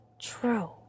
true